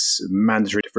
mandatory